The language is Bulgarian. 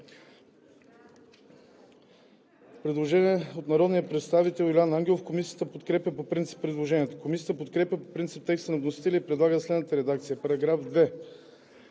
предложение от народния представител Юлиан Ангелов. Комисията подкрепя по принцип предложението. Комисията подкрепя по принцип текста на вносителя и предлага следната редакция на § 2: